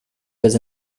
was